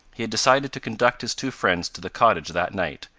he had decided to conduct his two friends to the cottage that night,